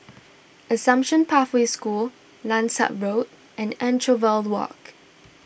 Assumption Pathway School Langsat Road and Anchorvale Walk